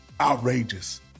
outrageous